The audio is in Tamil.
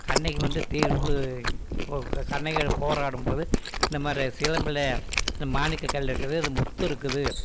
கண்ணகி வந்து தீர்ப்பு கண்ணகி அதுக்கு போராடும்போது இந்த மாதிரி சிலம்பில் மாணிக்க கல் இருக்குது முத்து இருக்குது